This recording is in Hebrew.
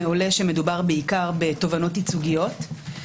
עולה שמדובר בעיקר בתובענות ייצוגיות.